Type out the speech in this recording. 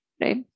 right